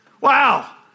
Wow